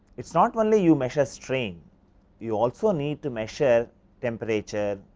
it is not only you measures strain you also need to measure temperature,